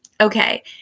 okay